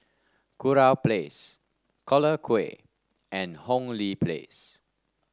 Kurau Place Collyer Quay and Hong Lee Place